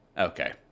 Okay